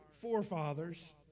forefathers